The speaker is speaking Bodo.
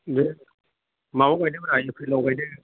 दे माबायाव गायदोब्रा एप्रिलाव गायदो